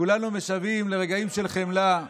כולנו משוועים לרגעים של חמלה.